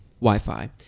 Wi-Fi